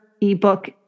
ebook